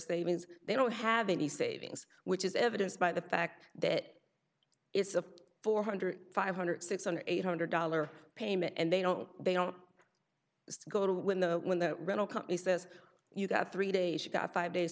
statements they don't have any savings which is evidenced by the fact that it's a four hundred five hundred six hundred eight hundred dollars payment and they don't they don't go to when the when the rental company says you got three days you got five days